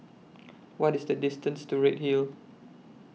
What IS The distance to Redhill